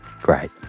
Great